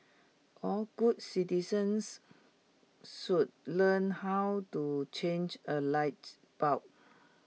all good citizens should learn how to change A light bulb